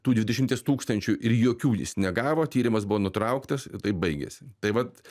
tų dvidešimties tūkstančių ir jokių jis negavo tyrimas buvo nutrauktas taip baigėsi tai vat